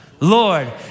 Lord